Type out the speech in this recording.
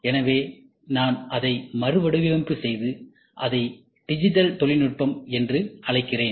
எனவே நான் அதை மறுவடிவமைப்பு செய்து அதை டிஜிட்டல் தொழில்நுட்பம் என்று அழைக்கிறேன்